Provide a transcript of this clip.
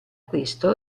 questo